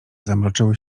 zamroczyły